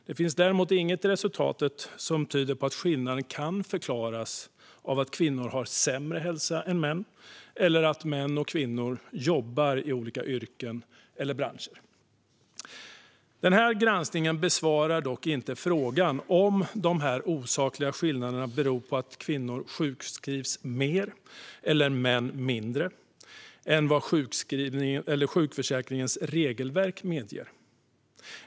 Det finns däremot inget i resultatet som tyder på att skillnaden kan förklaras av att kvinnor har sämre hälsa än män eller att män och kvinnor jobbar i olika yrken eller branscher. Den här granskningen besvarar dock inte frågan om de osakliga skillnaderna beror på att kvinnor sjukskrivs mer eller män mindre än vad sjukförsäkringens regelverk medger.